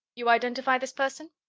you identify this person?